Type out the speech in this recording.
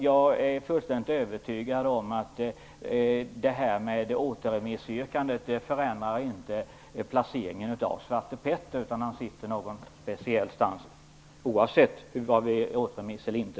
Jag är fullständigt övertygad om att det här återremissyrkandet inte förändrar placeringen av Svarte Petter. Han sitter nog där han sitter, återremiss eller inte.